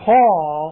Paul